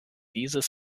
dieses